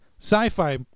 sci-fi